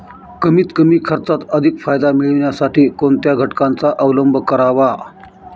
कमीत कमी खर्चात अधिक फायदा मिळविण्यासाठी कोणत्या घटकांचा अवलंब करावा?